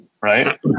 right